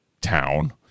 town